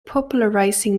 popularizing